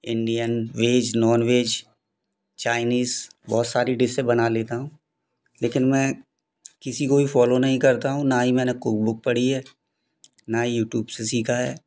Indian veg non veg Chinese बहुत सारी डिशें बना लेता हूँ लेकिन मैं किसी को भी फॉलो नहीं करता हूँ ना ही मैने कोई बुक पढ़ी है ना यूट्यूब से सीखा है